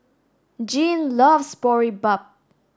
Jeanne loves Boribap